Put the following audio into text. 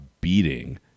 beating